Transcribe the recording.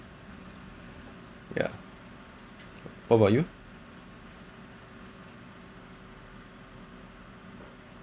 yeah what about you